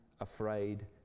afraid